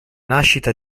nascita